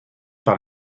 par